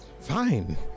Fine